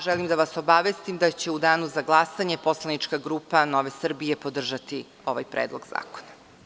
Želim da vas obavestim da će u danu za glasanje poslanička grupa Nova Srbija podržati ovaj predlog zakona.